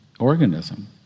organism